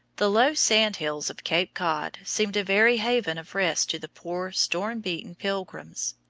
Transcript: the low sandhills of cape cod seemed a very haven of rest to the poor storm-beaten pilgrims.